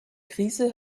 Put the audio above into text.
krise